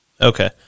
Okay